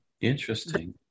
Interesting